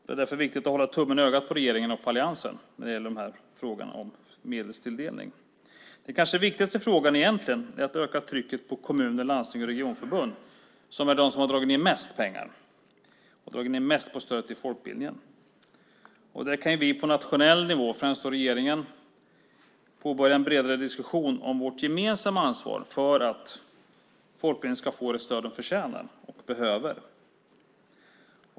Det är därför viktigt att hålla tummen i ögat på regeringen och alliansen när det gäller frågan om medelstilldelning. Den kanske viktigaste frågan är att öka trycket på kommuner, landsting och regionförbund som är de som dragit ned mest på stödet till folkbildningen. Där kan vi på nationell nivå, främst då regeringen, påbörja en bredare diskussion om vårt gemensamma ansvar för att folkbildningen ska få det stöd den förtjänar och behöver.